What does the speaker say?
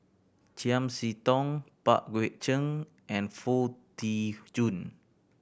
Chiam See Tong Pang Guek Cheng and Foo Tee Jun